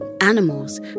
Animals